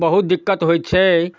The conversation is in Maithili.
बहुत दिक्कत होइ छै